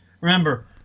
Remember